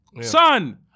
Son